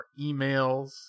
emails